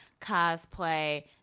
cosplay